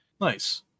Nice